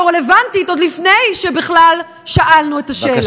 רלוונטית עוד לפני שבכלל שאלנו את השאלה.